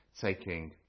taking